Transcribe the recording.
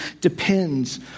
depends